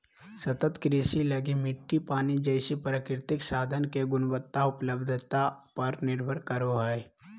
सतत कृषि लगी मिट्टी, पानी जैसे प्राकृतिक संसाधन के गुणवत्ता, उपलब्धता पर निर्भर करो हइ